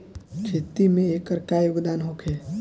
खेती में एकर का योगदान होखे?